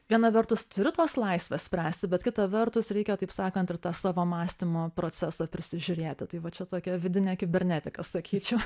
viena vertus turi tos laisvės spręsti bet kita vertus reikia taip sakant ir tą savo mąstymo procesą prisižiūrėti tai va čia tokia vidinė kibernetika sakyčiau